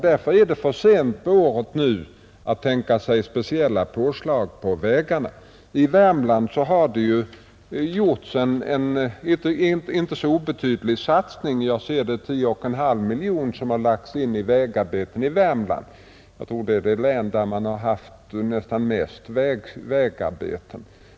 Därför är det för sent på året nu att tänka sig speciella påslag på vägarbetena. I Värmland har det gjorts en inte obetydlig satsning på vägarna; jag ser att 10,5 miljoner har lagts in i vägarbeten där. Jag tror att Värmland är det län där man haft nästan mest vägarbeten.